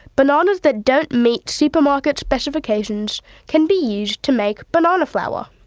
bananas that don't meet supermarket specifications can be used to make banana flour.